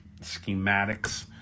schematics